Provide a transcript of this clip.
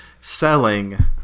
selling